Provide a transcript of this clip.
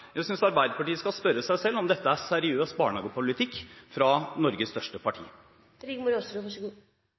Jeg synes Arbeiderpartiet skal spørre seg selv om dette er seriøs barnehagepolitikk fra Norges største parti.